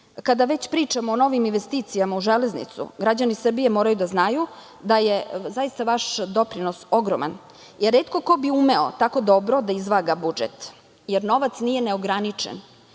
kada već pričamo o novim investicijama u železnicu, građani Srbije moraju da znaju, da je zaista vaš doprinos ogroman, jer retko ko bi umeo tako dobro da izvaga budžet, jer novac nije neograničen